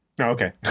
Okay